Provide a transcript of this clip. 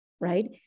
right